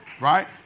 Right